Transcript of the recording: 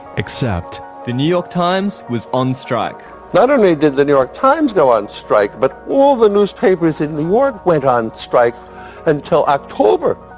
except the new york times was on strike not only did the new york times go on strike but all the newspapers in new york went on strike until october,